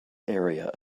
area